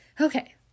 okay